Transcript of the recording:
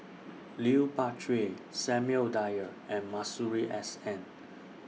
Lui Pao Chuen Samuel Dyer and Masuri S N